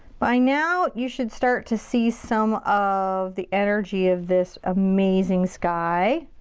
by now you should start to see some of the energy of this amazing sky.